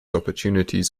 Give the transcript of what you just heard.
opportunities